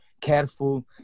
careful